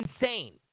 insane